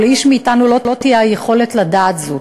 ולאיש מאתנו לא תהיה היכולת לדעת זאת.